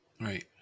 Right